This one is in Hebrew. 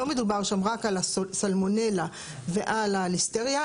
לא מדובר שם רק על הסלמונלה ועל הליסטריה,